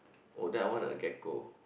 oh that one uh gecko